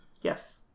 Yes